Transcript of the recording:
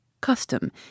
custom